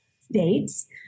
states